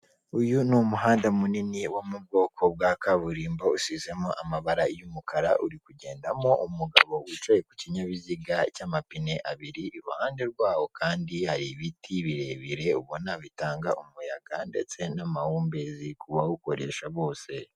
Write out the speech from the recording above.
Ikinyamakuru cya banki yo mu Rwanda yitwa ekwiti kivuga ibijyanye no gufata inguzanyo muri iyo banki ingana na miliyoni mirongo ine cyangwa arenga, gishushanyijeho umugabo uri mu kazi wambaye itaburiya y'akazi.